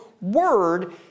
word